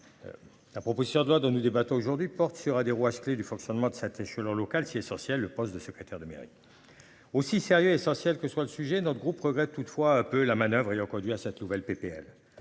La proposition de loi dont nous débattons aujourd'hui porte sur des rouages clés du fonctionnement de cet échelon local si essentiel le poste de secrétaire de mairie. Aussi sérieux essentiel que soit le sujet dans le groupe regrette toutefois un peu la manoeuvre ayant conduit à cette nouvelle PPL